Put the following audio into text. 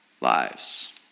lives